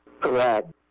Correct